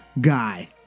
guy